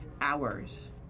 hours